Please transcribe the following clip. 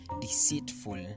deceitful